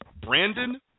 Brandon